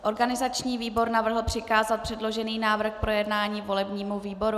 Organizační výbor navrhl přikázat předložený návrh k projednání volebnímu výboru.